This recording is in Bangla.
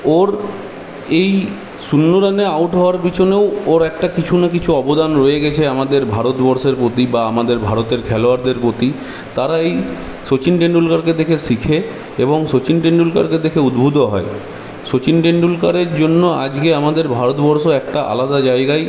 ওর এই শূন্য রানে আউট হওয়ার পিছনেও ওর একটা কিছু না কিছু অবদান রয়ে গেছে আমাদের ভারতবর্ষের প্রতি বা আমাদের ভারতের খেলোয়াড়দের প্রতি তারা এই সচিন টেন্ডুলকারকে দেখে শিখে এবং সচিন টেন্ডুলকারকে দেখে উদ্বুদ্ধ হয় সচিন টেন্ডুলকারের জন্য আজকে আমাদের ভারতবর্ষ একটা আলাদা জায়গায়